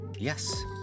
Yes